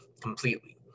completely